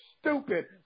stupid